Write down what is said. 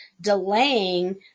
delaying